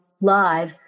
live